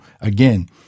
again